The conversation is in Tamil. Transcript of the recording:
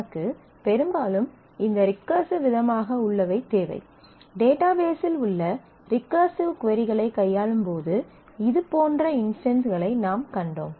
நமக்கு பெரும்பாலும் இந்த ரிக்கர்சிவ் விதமாக உள்ளவை தேவை டேட்டாபேஸில் உள்ள ரிக்கர்சிவ் கொரிகளைக் கையாளும் போது இதுபோன்ற இன்ஸ்டன்ஸ்களை நாம் கண்டோம்